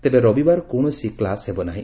ତେବେ ରବିବାର କୌଶସି କ୍ଲାସ ହେବନାହି